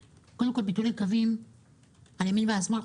קודם כול, יש ביטולי קווים על ימין ועל שמאל.